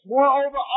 Moreover